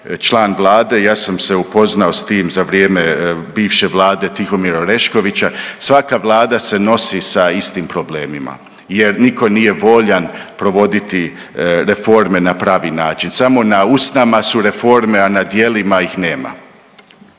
član vlade ja sam se upoznao s tim za vrijeme bivše vlade Tihomira Oreškovića, svaka vlada se nosi sa istim problemima jer niko nije voljan provoditi reforme na pravi način. Samo na usnama su reforme, a na djelima ih nema,